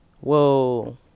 Whoa